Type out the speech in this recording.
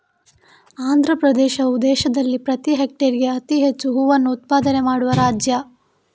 ಆಂಧ್ರಪ್ರದೇಶವು ದೇಶದಲ್ಲಿ ಪ್ರತಿ ಹೆಕ್ಟೇರ್ಗೆ ಅತಿ ಹೆಚ್ಚು ಹೂವನ್ನ ಉತ್ಪಾದನೆ ಮಾಡುವ ರಾಜ್ಯ